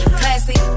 classy